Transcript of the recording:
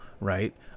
Right